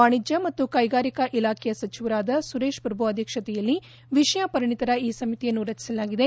ವಾಣಿಜ್ಯ ಮತ್ತು ಕೈಗಾರಿಕಾ ಇಲಾಖೆಯ ಸಚಿವರಾದ ಸುರೇಶ್ ಪ್ರಭು ಅಧ್ಯಕ್ಷತೆಯಲ್ಲಿ ವಿಷಯ ಪರಿಣತರ ಈ ಸಮಿತಿಯನ್ನು ರಚಿಸಲಾಗಿದೆ